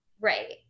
Right